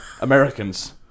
Americans